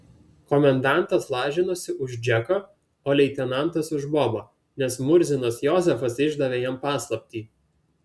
komendantas lažinosi už džeką o leitenantas už bobą nes murzinas jozefas išdavė jam paslaptį